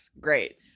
great